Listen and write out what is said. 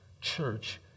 church